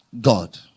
God